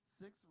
six